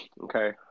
okay